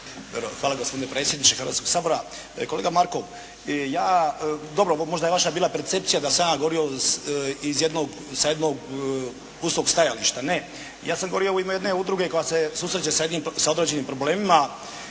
Hvala gospodine predsjedniče Hrvatskog sabora. Kolega Markov, ja, dobro možda je vaša bila percepcija da sam ja govorio iz jednog, sa jednog uskog stajališta. Ne. Ja sam govorio u ime jedne udruge koja se susreće sa jednim, sa određenim problemima